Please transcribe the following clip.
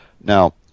Now